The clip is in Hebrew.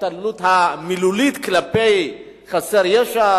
ההתעללות המילולית כלפי חסר ישע